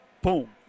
boom